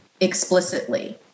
explicitly